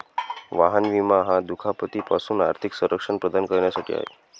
वाहन विमा हा दुखापती पासून आर्थिक संरक्षण प्रदान करण्यासाठी आहे